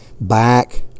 back